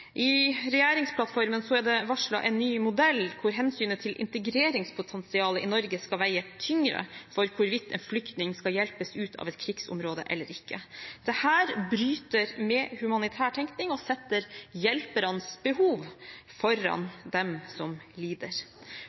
I regjeringsplattformen er det varslet en ny modell, hvor hensynet til integreringspotensialet i Norge skal veie tyngre for hvorvidt en flyktning skal hjelpes ut av et krigsområde eller ikke. Dette bryter med humanitær tenkning og setter hjelpernes behov foran dem som lider.